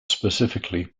specifically